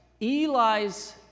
Eli's